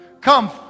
Come